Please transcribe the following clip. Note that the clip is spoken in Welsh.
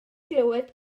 glywed